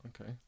okay